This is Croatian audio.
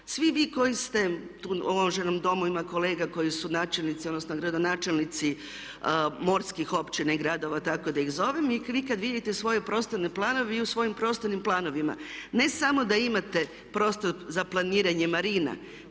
Svi vi koji ste u ovom uvaženom Domu, ovdje ima kolega koji su načelnici odnosno gradonačelnici morskih općina i gradova tako da ih zovem, vi kad vidite svoje prostorne planove vi u svojim prostornim planovima ne samo da imate prostor za planiranje marina,